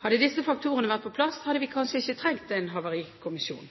Hadde disse faktorene vært på plass, hadde vi kanskje ikke trengt en havarikommisjon.